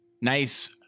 Nice